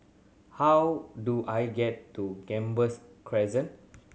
how do I get to Gambas Crescent